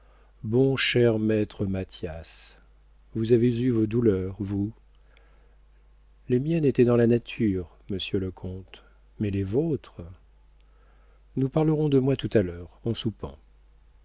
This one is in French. bon cher maître mathias vous avez eu vos douleurs vous les miennes étaient dans la nature monsieur le comte mais les vôtres nous parlerons de moi tout à l'heure en soupant